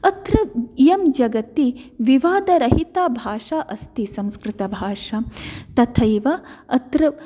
अत्र इयं जगति विवादरहिताभाषा अस्ति संस्कृतभाषा तथैव अत्र